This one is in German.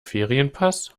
ferienpass